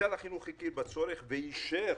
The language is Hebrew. משרד החינוך הכיר בצורך ואישר